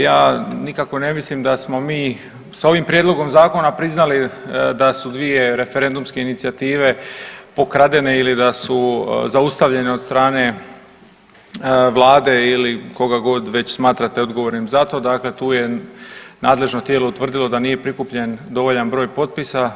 Ja nikako ne mislim da smo mi sa ovim Prijedlogom zakona priznali da su dvije referendumske inicijative pokradene ili da su zaustavljene od strane Vlade ili koga god već smatrate odgovornim za to, dakle tu je nadležno tijelo utvrdilo da nije prikupljen dovoljan broj potpisa.